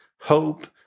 hope